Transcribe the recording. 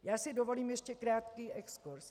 Já si dovolím ještě krátký exkurs.